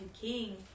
king